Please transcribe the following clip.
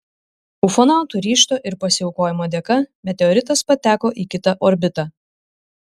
ufonautų ryžto ir pasiaukojimo dėka meteoritas pateko į kitą orbitą